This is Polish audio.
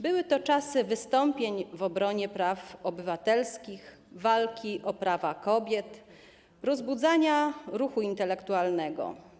Były to czasy wystąpień w obronie praw obywatelskich, walki o prawa kobiet, rozbudzania ruchu intelektualnego.